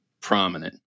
prominent